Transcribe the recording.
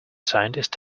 scientist